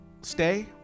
stay